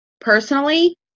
personally